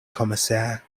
commissaire